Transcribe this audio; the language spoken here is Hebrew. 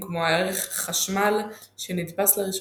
כתב ערכים מרכזיים כמו הערך "חשמל"